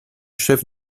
chefs